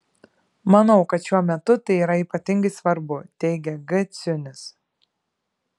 manau kad šiuo metu tai yra ypatingai svarbu teigia g ciunis